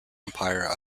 empire